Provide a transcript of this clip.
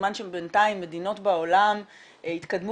בזמן שבינתיים מדינות בעולם התקדמו